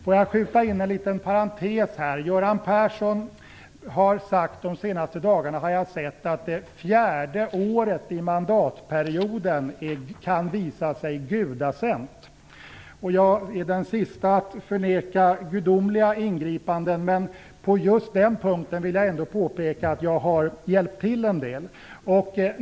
Jag vill skjuta in en liten parentes. Göran Persson har sagt att det fjärde året i mandatperioden kan visa sig gudasänt. Jag är den siste att förneka gudomliga ingripanden, men just på den punkten vill jag ändå påpeka att jag har hjälpt till en del.